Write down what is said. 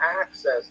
access